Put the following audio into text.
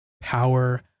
power